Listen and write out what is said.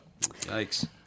Yikes